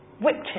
whipped